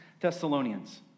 Thessalonians